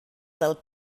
del